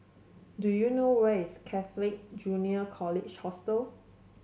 do you know where is Catholic Junior College Hostel